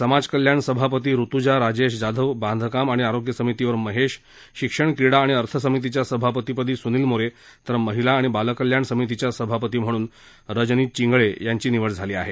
समाजकल्याण सभापतीपदी ऋतुजा राजेश जाधव बांधकाम आणि आरोग्य समितीवर महेश शिक्षण क्रीडा आणि अर्थ समितीच्या सभापतिपदी सुनील मोरे तर महिला आणि बालकल्याण समितीच्या सभापती म्हणून रजनी चिंगळे यांची निवड झाली आहे